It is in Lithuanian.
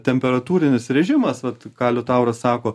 temperatūrinis režimas vat ką liutauras sako